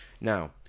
Now